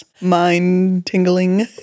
mind-tingling